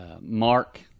mark